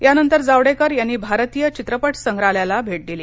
यानंतर जावडेकर यांनी भारतीय चित्रपट संग्राहलयाला भेट दिली